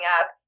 up